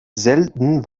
selten